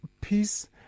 peace